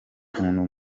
umuntu